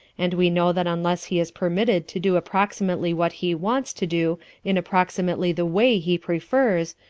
and we know that unless he is permitted to do approximately what he wants to do in approximately the way he prefers,